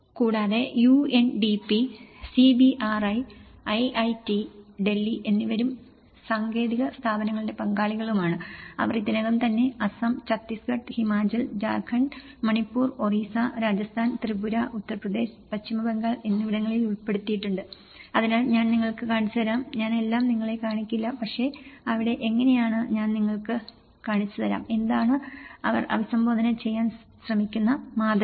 കൂടാതെ UNDP CBRI IIT Delhi എന്നിവരും സാങ്കേതിക സ്ഥാപനങ്ങളുടെ പങ്കാളികളുമാണ് അവർ ഇതിനകം തന്നെ അസം ഛത്തീസ്ഗഡ് ഹിമാചൽ ജാർഖണ്ഡ് മണിപ്പൂർ ഒറീസ്സ രാജസ്ഥാൻ ത്രിപുര ഉത്തർപ്രദേശ് പശ്ചിമ ബംഗാൾ എന്നിവിടങ്ങളിൽ ഉൾപ്പെടുത്തിയിട്ടുണ്ട് അതിനാൽ ഞാൻ നിങ്ങൾക്ക് കാണിച്ചുതരാം ഞാൻ എല്ലാം നിങ്ങളെ കാണിക്കില്ല പക്ഷേ അവിടെ എങ്ങനെയെന്ന് ഞാൻ നിങ്ങൾക്ക് കാണിച്ചുതരാം എന്താണ് അവർ അഭിസംബോധന ചെയ്യാൻ ശ്രമിക്കുന്ന മാതൃക